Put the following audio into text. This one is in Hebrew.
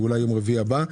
אולי ביום רביעי הבא.